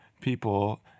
people